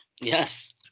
Yes